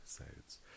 episodes